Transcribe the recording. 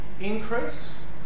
increase